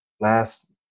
last